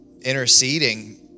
interceding